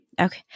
okay